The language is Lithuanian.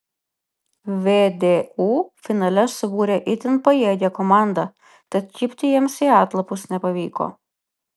vdu finale subūrė itin pajėgią komandą tad kibti jiems į atlapus nepavyko